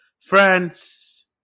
France